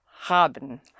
haben